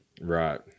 right